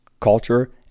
culture